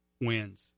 wins